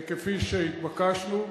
כפי שהתבקשנו.